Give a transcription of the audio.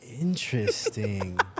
Interesting